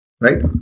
Right